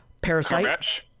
Parasite